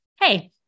hey